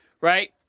Right